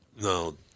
no